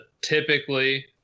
typically